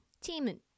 Team